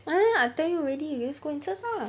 I tell you already just go and search ah